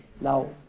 Now